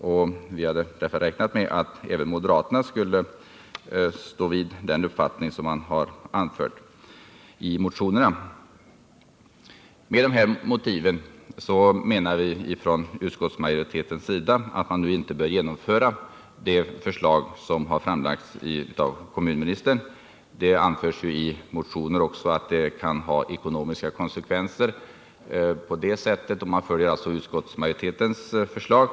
Därför hade vi räknat med att även moderaterna skulle stå fast vid den uppfattning som framförts i motionerna. Med stöd av de nu nämnda motiven menar utskottsmajoriteten att man nu inte bör genomföra det av kommunministern framlagda förslaget. I motioner har det också framhållits att det kan få ekonomiska konsekvenser, om man följer utskottsmajoritetens förslag.